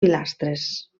pilastres